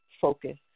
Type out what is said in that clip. focus